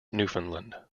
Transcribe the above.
newfoundland